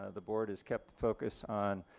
ah the board has kept the focus on